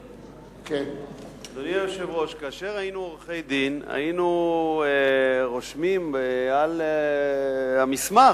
היינו רושמים על המסמך,